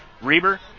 Reber